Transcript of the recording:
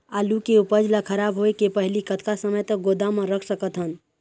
आलू के उपज ला खराब होय के पहली कतका समय तक गोदाम म रख सकत हन?